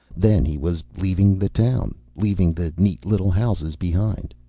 then he was leaving the town, leaving the neat little houses behind.